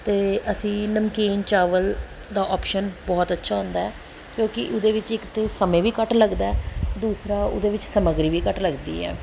ਅਤੇ ਅਸੀਂ ਨਮਕੀਨ ਚਾਵਲ ਦਾ ਔਪਸ਼ਨ ਬਹੁਤ ਅੱਛਾ ਹੁੰਦਾ ਕਿਉਂਕਿ ਉਹਦੇ ਵਿੱਚ ਇੱਕ ਤਾਂ ਸਮੇਂ ਵੀ ਘੱਟ ਲੱਗਦਾ ਦੂਸਰਾ ਉਹਦੇ ਵਿੱਚ ਸਮੱਗਰੀ ਵੀ ਘੱਟ ਲੱਗਦੀ ਹੈ